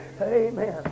amen